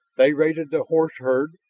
they raided the horse herd,